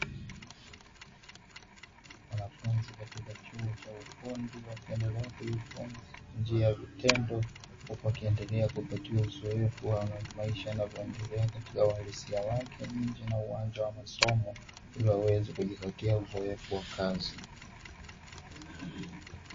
Wanafunzi katika chuo cha ufundi wakiendelea kujifunza kwa njia ya vitendo, huku wakiendelea kupatiwa uzoefu wa maisha yanavyoendelea katika uhalisia wake nje na ndani ya uwanja wa masomo ili waweze kujipatia uzoefu wa kazi.